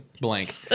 blank